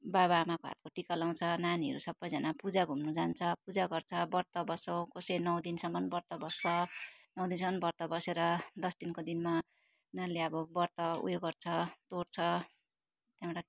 बाबाआमाको हातको टिका लगाउँछ नानीहरू सबैजना पूजा घुम्नु जान्छ पूजा गर्छ व्रत बस्छ कसै नौदिनसम्म व्रत बस्छ आउँदो झन् व्रत बसेर दस दिनको दिनमा उनीहरूले अब व्रत उयो गर्छ तोड्छ त्यहाँबाट